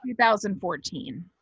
2014